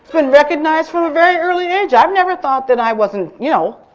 been recognized from a very early age. i've never thought that i wasn't, you know,